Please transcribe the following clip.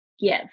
give